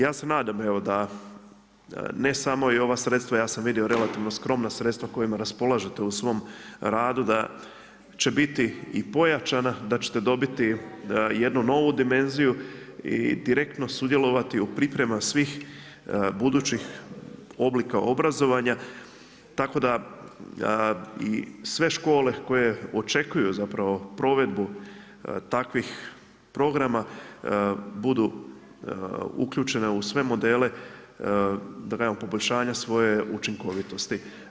Ja se nadam evo da ne samo i ova sredstva, ja sam vidio relativno skromna sredstva kojima raspolažete u svom radu da će biti i pojačana, da ćete dobiti jednu novu dimenziju i direktno sudjelovati u pripremama svih budućih oblika obrazovanja, tako da i sve škole koje očekuju zapravo provedbu takvih programa budu uključene u sve modele da kažem poboljšanja svoje učinkovitosti.